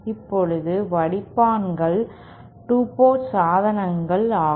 இப்போது வடிப்பான்கள் 2 போர்ட் சாதனங்கள் ஆகும்